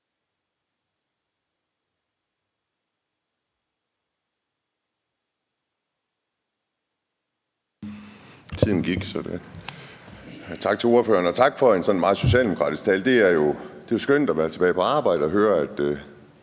Tak til ordføreren, og tak for en sådan meget socialdemokratisk tale. Det er jo skønt at være tilbage på arbejde og høre, at